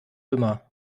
immer